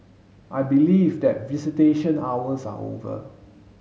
I believe that visitation hours are over